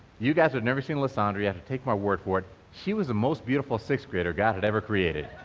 you guys, who has never seen lasandra, you have to take my word for it she was the most beautiful sixth grader god has ever created.